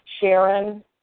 Sharon